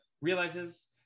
realizes